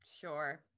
Sure